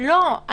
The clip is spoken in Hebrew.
לא.